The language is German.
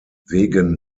wegen